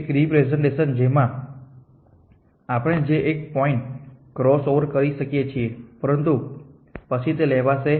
એક રેપ્રેસેંટેશન જેમાં આપણે એક જ પોઇન્ટ ક્રોસઓવર કરી શકીએ છીએ પરંતુ પછીથી તે આવશે